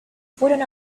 fueron